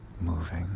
moving